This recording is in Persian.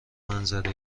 منظره